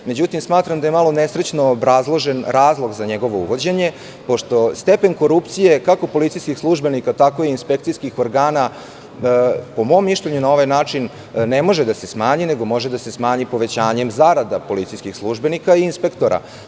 Međutim, smatram da je malo nesrećno obrazložen razlog za njegovo uvođenje, pošto stepen korupcije kako policijskih službenika, tako i inspekcijskih organa, po mom mišljenju, na ovaj način ne može da se smanji, nego može da se smanji povećanjem zarada policijskih službenika i inspektora.